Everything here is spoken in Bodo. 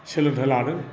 सोलोंथाय लादों